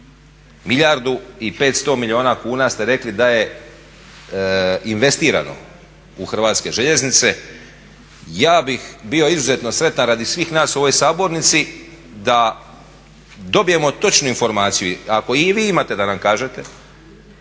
Milijardu i 500 milijuna kuna ste rekli da je investirano u hrvatske željeznice. Ja bih bio izuzetno sretan radi svih nas u ovoj sabornici da dobijemo točnu informaciju, ako i vi imate da nam kažete,